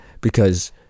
because-